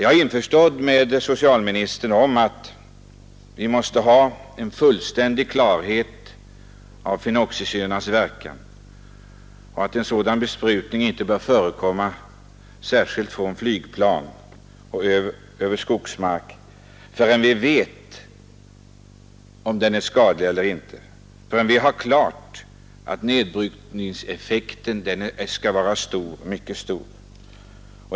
Jag är överens med socialministern om att vi måste ha full klarhet om fenoxisyrornas verkan och att besprutning med sådana ämnen inte bör förekomma, särskilt från flygplan, förrän vi vet att dessa ämnen är ofarliga. Det måste vara fullt klart att nedbrytningseffekten är mycket stor.